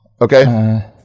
Okay